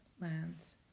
lands